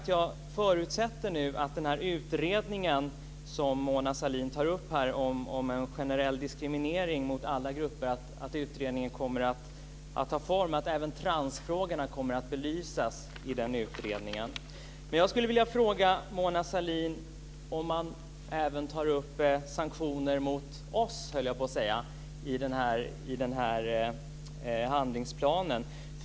Jag förutsätter att även transfrågorna kommer att belysas i den utredning om en generell diskrimineringlagstiftning som Mona Sahlin tar upp. Jag skulle vilja fråga Mona Sahlin om man även tar upp sanktioner mot oss i den här handlingsplanen.